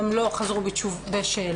הם לא חזרו בשאלה,